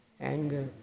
anger